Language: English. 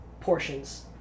portions